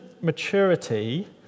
maturity